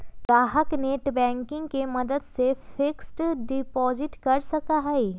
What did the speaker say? ग्राहक नेटबैंकिंग के मदद से फिक्स्ड डिपाजिट कर सका हई